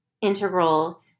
integral